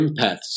empaths